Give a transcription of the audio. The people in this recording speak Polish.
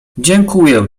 dziękuję